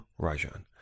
Rajan